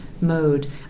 mode